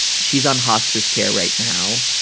she's on hospice care right now.